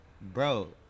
bro